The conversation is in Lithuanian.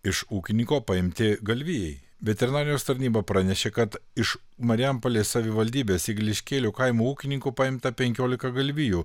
iš ūkininko paimti galvijai veterinarijos tarnyba pranešė kad iš marijampolės savivaldybės igliškėlių kaimo ūkininkų paimta penkiolika galvijų